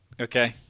Okay